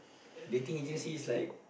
they think it just is like